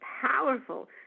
powerful